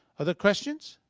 other questions?